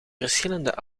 verschillende